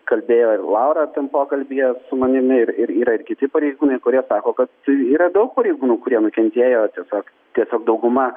kalbėjo ir laura pokalbyje su manimi ir yra ir kiti pareigūnai kurie sako kad tiu yra daug pareigūnų kurie nukentėjo tiesiog tiesiog dauguma